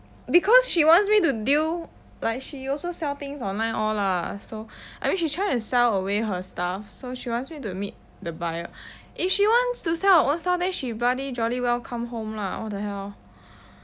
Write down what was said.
because she wants me to deal like she also sell things online all lah so I mean she's trying to sell away her stuff so she wants me to meet the buyer if she wants to sell her own stuff then she bloody jolly well come home lah what the hell